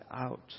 out